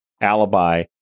alibi